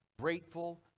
Grateful